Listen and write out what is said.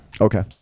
Okay